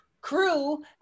crew